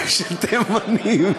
של תימנים,